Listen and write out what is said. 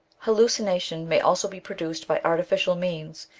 hallucination may also be produced by artificial means,